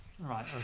right